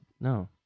no